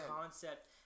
concept